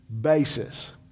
basis